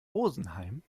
rosenheim